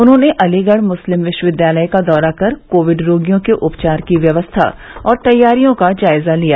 उन्होंने अलीगढ़ मुस्लिम विश्वविद्यालय का दौरा कर कोविड रोगियों के उपचार की व्यवस्था और तैयारियों का जायजा लिया